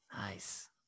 Nice